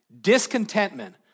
Discontentment